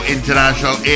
International